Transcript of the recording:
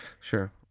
sure